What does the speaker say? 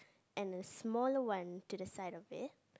and a smaller one to the side of it